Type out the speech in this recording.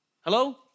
Hello